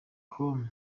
com